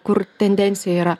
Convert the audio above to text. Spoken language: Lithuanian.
kur tendencija yra